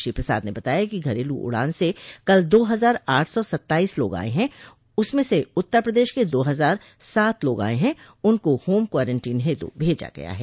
श्री प्रसाद ने बताया कि घरेलू उड़ान से कल दो हजार आठ सौ सत्ताइस लोग आये हैं उसमें से उत्तर प्रदेश के दो हजार सात लोग आये हैं उनको होम क्वारंटीन हेतु भेजा गया है